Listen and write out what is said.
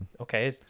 Okay